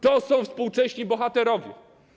To są współcześni bohaterowie.